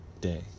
day